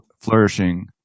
flourishing